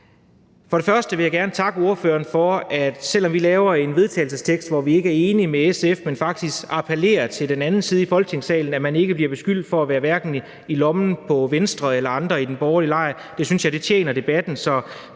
For det første vil jeg gerne takke ordføreren for, at vi, selv om vi laver et forslag til vedtagelse, hvor vi ikke er enige med SF, men faktisk appellerer til den anden side i Folketingssalen, hverken bliver beskyldt for at være i lommen på Venstre eller andre i den borgerlige lejr. Det synes jeg tjener debatten,